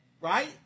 Right